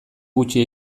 gutxi